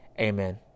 Amen